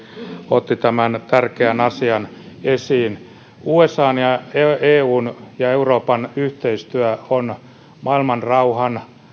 otti tämän tärkeän asian esiin usan ja eun ja euroopan yhteistyö on maailmanrauhan